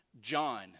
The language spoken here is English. John